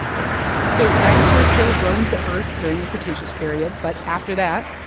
yeah so dinosaurs still roamed the earth during the cretaceous period. but after that,